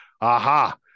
Aha